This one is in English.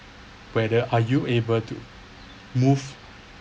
whether are you able to move